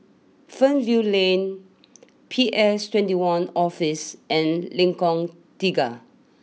Fernvale Lane P S twenty one Office and Lengkong Tiga